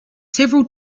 several